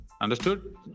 understood